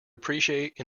appreciate